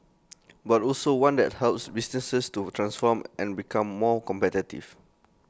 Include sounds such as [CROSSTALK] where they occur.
[NOISE] but also one that helps businesses to transform and become more competitive